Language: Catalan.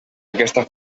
aquesta